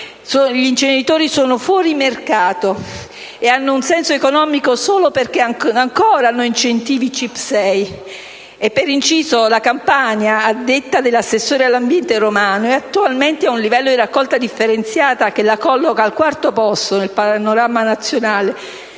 Gli inceneritori sono fuori mercato e hanno un senso economico solo perché ancora hanno incentivi CIP6. Per inciso, la Campania, a detta dell'assessore all'ambiente Romano, è attualmente a un livello di raccolta differenziata che la colloca al quarto posto nel panorama nazionale.